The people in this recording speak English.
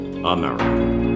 America